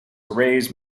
arrays